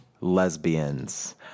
lesbians